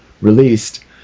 released